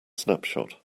snapshot